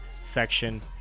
section